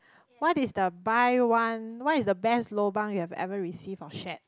what is the buy one what is the best lobang you have ever received or shared